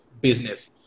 business